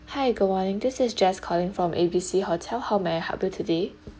hi good morning this is jess calling from A B C hotel how may I help you today